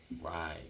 Right